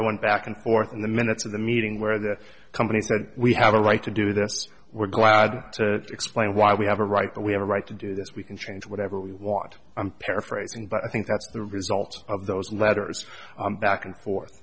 i went back and forth in the minutes of the meeting where the company said we have a right to do this we're glad to explain why we have a right but we have a right to do this we can change whatever we want i'm paraphrasing but i think that's the result of those letters back and forth